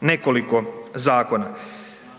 nekoliko zakona.